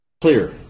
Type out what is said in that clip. Clear